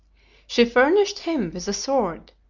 she furnished him with a sword,